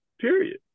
period